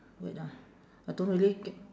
wait ah I don't really ge~